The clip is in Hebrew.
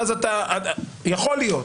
זה יכול להיות.